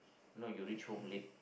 no you reach home late